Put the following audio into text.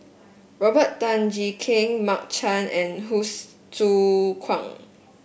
Robert Tan Jee Keng Mark Chan and Hsu Tse Kwang